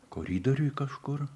koridoriuj kažkur